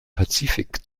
pazifik